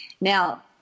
Now